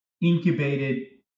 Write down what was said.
incubated